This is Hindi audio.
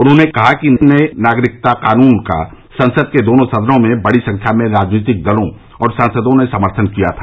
उन्होंने कहा कि नए नागरिकता कानून का संसद के दोनों सदनों में बड़ी संख्या में राजनीतिक दलों और सांसरों ने सम्थन किया था